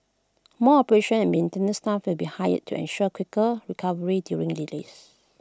more operations and maintenance staff will be hired to ensure quicker recovery during delays